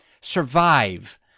survive